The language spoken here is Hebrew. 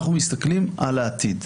אנחנו מסתכלים על העתיד.